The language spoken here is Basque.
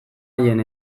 haien